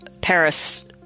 Paris